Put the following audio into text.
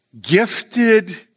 gifted